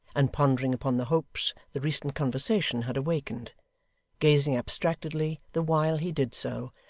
and pondering upon the hopes the recent conversation had awakened gazing abstractedly, the while he did so,